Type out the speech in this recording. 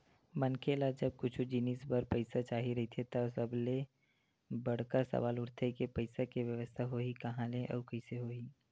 मनखे ल जब कुछु जिनिस बर पइसा चाही रहिथे त सबले बड़का सवाल उठथे के पइसा के बेवस्था होही काँहा ले अउ कइसे होही